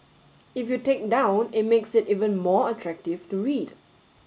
if you take down it makes it even more attractive to read